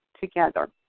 together